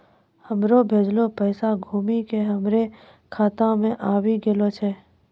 हमरो भेजलो पैसा घुमि के हमरे खाता मे आबि गेलो छै